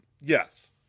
Yes